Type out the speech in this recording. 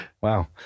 Wow